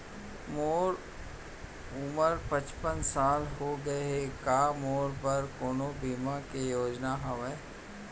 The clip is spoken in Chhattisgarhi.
मोर उमर पचपन साल होगे हे, का मोरो बर कोनो बीमा के योजना हावे?